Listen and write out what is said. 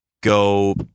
go